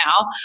now